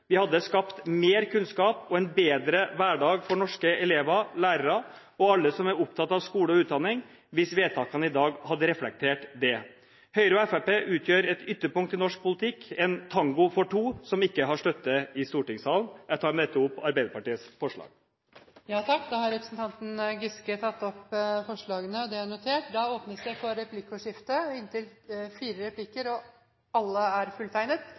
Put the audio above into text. Vi hadde skapt mer kunnskap og en bedre hverdag for norske elever, lærere og alle andre som er opptatt av skole og utdanning, hvis vedtakene i dag hadde reflektert det. Høyre og Fremskrittspartiet utgjør et ytterpunkt i norsk politikk – en tango for to som ikke har støtte i stortingssalen. Jeg tar med dette opp forslagene der Arbeiderpartiet er medforslagsstiller. Representanten Trond Giske har tatt opp de forslagene han refererte til. Det åpnes for replikkordskifte.